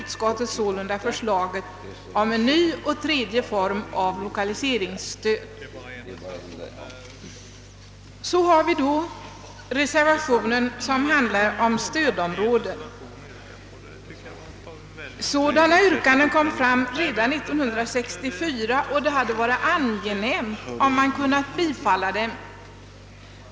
tet sålunda förslaget om en ny och tredje form av lokaliseringsstöd. Så har vi då den reservation som handlar om ett nytt stödområde. Sådana yrkanden kom fram redan 1964, och det hade varit angenämt om man hade kunnat bifalla dem.